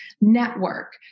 network